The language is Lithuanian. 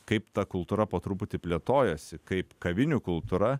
kaip ta kultūra po truputį plėtojasi kaip kavinių kultūra